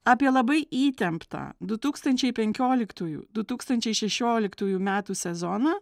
apie labai įtemptą du tūkstančiai penkioliktųjų du tūkstančiai šešioliktųjų metų sezoną